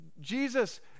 Jesus